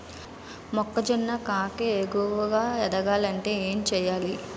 మొక్కజొన్న కంకి ఏపుగ ఎదగాలి అంటే ఏంటి చేయాలి?